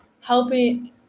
helping –